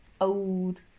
old